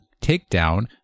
Takedown